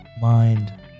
mind